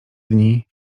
dni